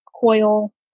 coil